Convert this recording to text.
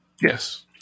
Yes